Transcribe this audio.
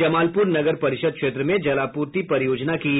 जमालपुर नगर परिषद क्षेत्र में जलापूर्ति परियोजना की